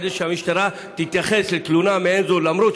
כדי שהמשטרה תתייחס לתלונה מעין זו למרות